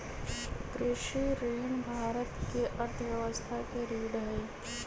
कृषि ऋण भारत के अर्थव्यवस्था के रीढ़ हई